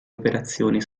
operazioni